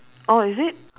oh is it